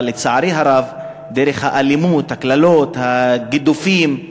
אבל, לצערי הרב, דרך האלימות, הקללות, הגידופים,